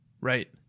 Right